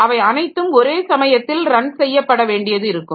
அவை அனைத்தும் ஒரே சமயத்தில் ரன் செய்யப்பட வேண்டியது இருக்கும்